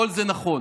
כל זה נכון,